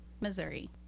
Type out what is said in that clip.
Missouri